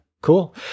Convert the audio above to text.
cool